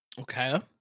Okay